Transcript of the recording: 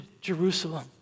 Jerusalem